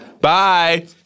Bye